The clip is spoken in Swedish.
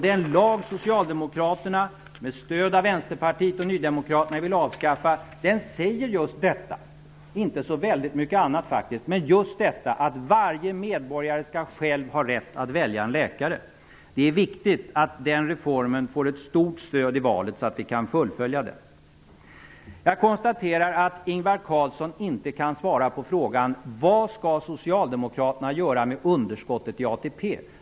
Den lag som Socialdemokraterna med stöd av Vänsterpartiet och Nydemokraterna vill avskaffa säger just detta -- inte så väldigt mycket annat faktiskt -- att varje medborgare själv skall ha rätt att välja en läkare. Det är viktigt att den reformen får ett stort stöd i valet så att vi kan fullfölja den. Jag konstaterar att Ingvar Carlsson inte kan svara på frågan om vad Socialdemokraterna skall göra med underskottet i ATP.